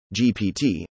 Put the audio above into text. GPT